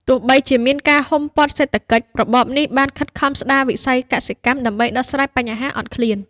ទោះបីជាមានការហ៊ុមព័ទ្ធសេដ្ឋកិច្ច របបនេះបានខិតខំស្តារវិស័យកសិកម្មដើម្បីដោះស្រាយបញ្ហាអត់ឃ្លាន។